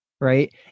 right